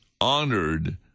honored